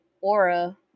Aura